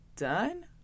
done